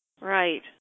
Right